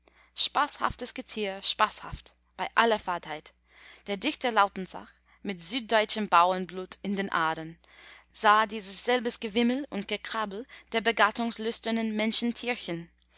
spaßhaftes getier spaßhaft bei aller fadheit der dichter lautensack mit süddeutschem bauernblut in den adern sah dieses selbe gewimmel und gekrabbel der